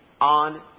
on